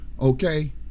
Okay